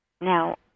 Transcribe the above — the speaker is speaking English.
Now